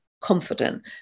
confident